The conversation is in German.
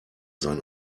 sein